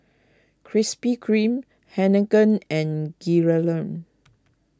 Krispy Kreme Heinekein and Gilera